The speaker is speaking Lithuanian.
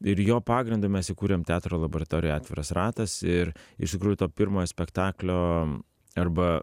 ir jo pagrindu mes įkūrėm teatro laboratoriją atviras ratas ir iš tikrųjų to pirmojo spektaklio arba